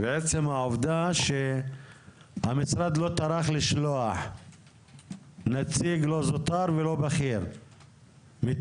ועצם העובדה שהמשרד לא טרח לשלוח נציג לא זוטר ולא בכיר מטעמו,